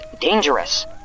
dangerous